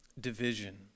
division